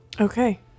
Okay